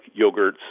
yogurts